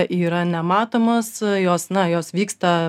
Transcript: yra nematomos jos na jos vyksta